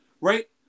right